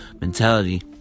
mentality